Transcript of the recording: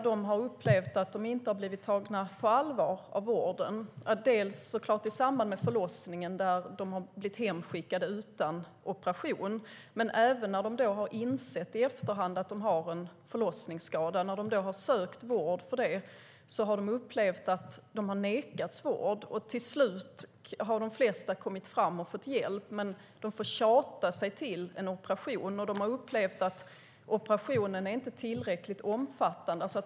De har upplevt att de inte har blivit tagna på allvar av vården. Det har varit i samband med förlossningen, där de har blivit hemskickade utan operation. Men även när de i efterhand har insett att de har en förlossningsskada och sökt vård för det har de upplevt att de har nekats vård. Till slut har de flesta kommit fram och fått hjälp. De har fått tjata sig till en operation men har upplevt att operationen inte är tillräckligt omfattande.